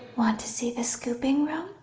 want to see the scooping room?